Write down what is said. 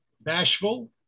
bashful